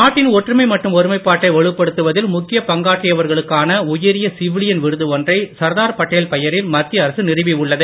நாட்டின் ஒற்றுமை மற்றும் ஒருமைப்பாட்டை வலுப்படுத்தவதில் முக்கியப் பங்காற்றியவர்களுக்கான உயரிய சிவிலியன் விருது ஒன்றை சர்தார் பட்டேல் பெயரில் மத்திய அரசு நிறுவி உள்ளது